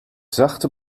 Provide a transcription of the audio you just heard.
zachte